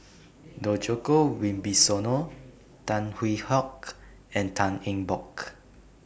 Djoko Wibisono Tan Hwee Hock and Tan Eng Bock